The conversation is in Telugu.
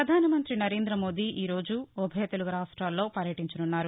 ప్రధాన మంతి నరేంద్ర మోదీ ఈరోజు ఉభయ తెలుగు రాష్ట్రాల్లో పర్యటించనున్నారు